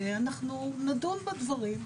אנחנו נדון בדברים.